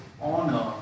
honor